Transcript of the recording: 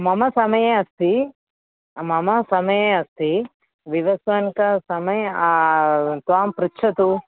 मम समयम् अस्ति मम समयम् अस्ति विवस्वतः समयं त्वां पृच्छतु